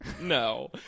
No